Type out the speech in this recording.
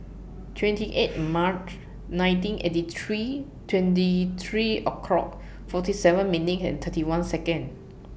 twenty eight March nineteen eighty three twenty three o'clock forty seven minutes and thirty one Seconds